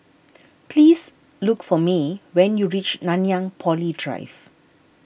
please look for Mae when you reach Nanyang Poly Drive